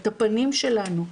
את הפנים שלנו,